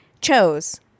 chose